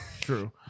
True